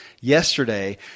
yesterday